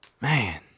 Man